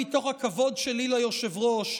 מתוך הכבוד שלי ליושב-ראש,